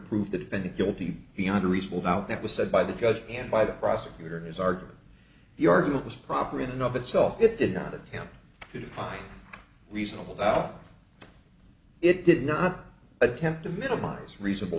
prove the defendant guilty beyond a reasonable doubt that was said by the judge and by the prosecutor in his argument the argument was proper in of itself it did not attempt to define reasonable doubt it did not attempt to minimize reasonable